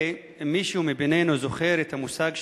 אני תוהה אם מישהו מבינינו זוכר את המושג שנקרא: